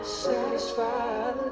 satisfied